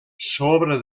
sobre